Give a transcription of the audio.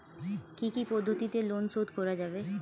কি কি পদ্ধতিতে লোন শোধ করা যাবে?